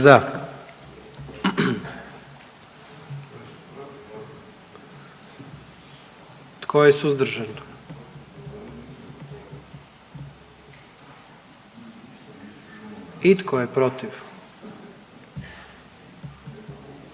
Tko je suzdržan? I tko je protiv?